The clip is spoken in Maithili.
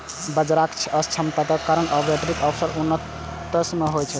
बाजारक अक्षमताक कारण आर्बिट्रेजक अवसर उत्पन्न होइ छै